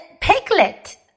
Piglet